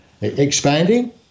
Expanding